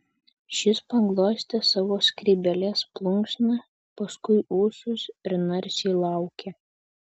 šis paglostė savo skrybėlės plunksną paskui ūsus ir narsiai laukė